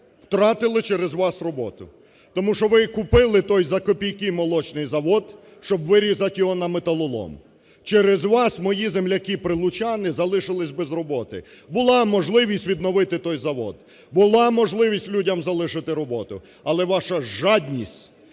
втратили через вас роботу. Тому що ви купили той за копійки молочний завод, щоб вирізати його на металолом. Через вас мої земляки-прилуччани залишились без роботи. Була можливість відновити той завод, була можливість людям залишити роботу, але ваша жадність,